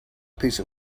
piece